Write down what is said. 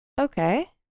okay